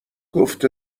گفته